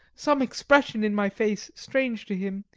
some expression in my face strange to him,